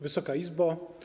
Wysoka Izbo!